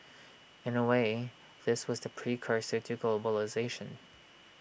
in A way this was the precursor to globalisation